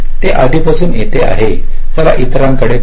हे आधीपासून येथे आहे चला इतरांकडे पाहू